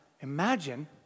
imagine